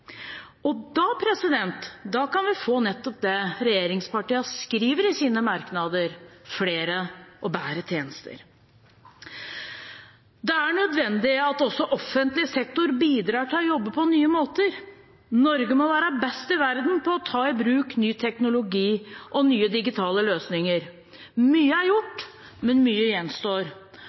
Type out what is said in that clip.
rammene. Da kan vi få nettopp det regjeringspartiene skriver i sine merknader – flere og bedre tjenester. Det er nødvendig at også offentlig sektor bidrar til å jobbe på nye måter. Norge må være best i verden på å ta i bruk ny teknologi og nye digitale løsninger. Mye er gjort, men mye gjenstår.